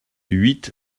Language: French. huit